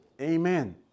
Amen